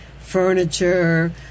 furniture